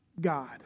God